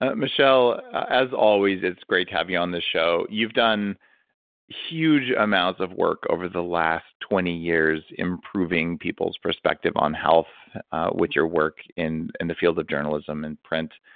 ah michele, as always, it's great to have you on this show. you've done huge amounts of work over the last twenty years, improving people's perspective on health with your work in and the field of journalism and print.